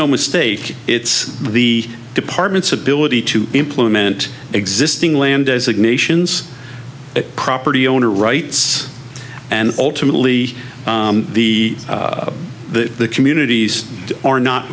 no mistake it's the department's ability to implement existing land designations property owner rights and ultimately the the communities are not